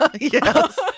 Yes